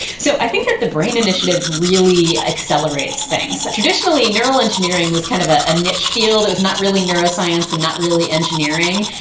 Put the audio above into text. so i think that the brain initiative really accelerates things. traditionally neural engineering was kind of ah a niche field. it was not really neuroscience and not really engineering.